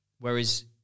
Whereas